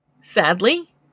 Sadly